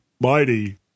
mighty